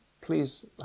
please